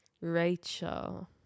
Rachel